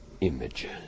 images